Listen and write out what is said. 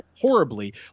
horribly